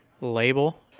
label